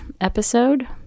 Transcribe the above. episode